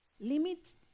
Limits